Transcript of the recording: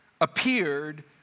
appeared